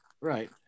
right